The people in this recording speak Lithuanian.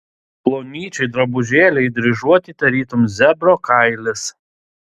plonyčiai drabužėliai dryžuoti tarytum zebro kailis